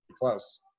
close